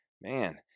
man